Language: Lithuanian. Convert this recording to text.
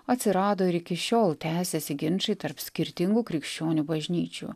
atsirado ir iki šiol tęsiasi ginčai tarp skirtingų krikščionių bažnyčių